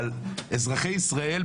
אבל אזרחי ישראל,